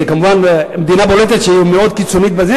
זו מדינה בולטת שהיא מאוד קיצונית בזה,